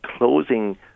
Closing